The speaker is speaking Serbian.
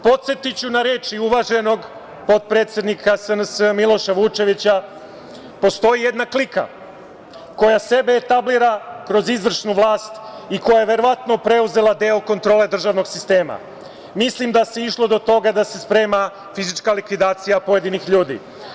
Podsetiću na reči uvaženog potpredsednika SNS, Miloša Vučevića, postoji jedna klika koja sebe establira kroz izvršnu vlast i koja je verovatno preuzela deo kontrole državnog sistema: „Mislim da se išlo do toga da se sprema fizička likvidacija pojedinih ljudi.